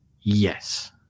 Yes